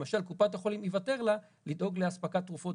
למשל קופת החולים ייוותר לה לדאוג לאספקת תרופות,